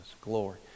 Glory